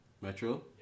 Metro